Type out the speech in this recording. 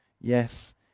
yes